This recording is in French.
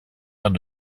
aire